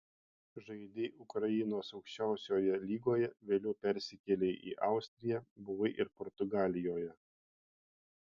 žaidei ukrainos aukščiausioje lygoje vėliau persikėlei į austriją buvai ir portugalijoje